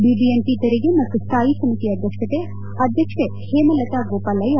BBMP ತೆರಿಗೆ ಮತ್ತು ಸ್ವಾಯಿ ಸಮಿತಿಯ ಅಧ್ಯಕ್ಷೆ ಹೇಮಲತಾ ಗೋಪಾಲಯ್ದ